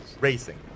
racing